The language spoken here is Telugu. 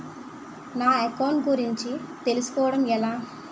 నా అకౌంట్ గురించి తెలుసు కోవడం ఎలా?